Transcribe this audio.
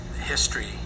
history